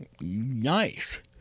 Nice